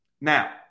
Now